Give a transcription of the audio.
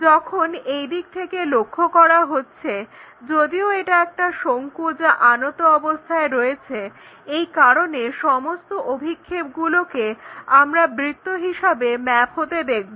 যখন এই দিক থেকে লক্ষ্য করা হচ্ছে যদিও এটা একটা শঙ্কু যা আনত অবস্থায় রয়েছে এই কারণে সমস্ত অভিক্ষেপগুলোকে আমরা বৃত্ত হিসাবে ম্যাপ হতে দেখব